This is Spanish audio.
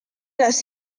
las